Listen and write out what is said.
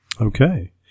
Okay